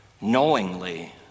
knowingly